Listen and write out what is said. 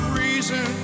reason